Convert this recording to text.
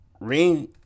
ring